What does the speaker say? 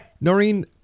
Noreen